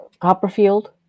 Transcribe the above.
Copperfield